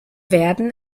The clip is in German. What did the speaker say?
werden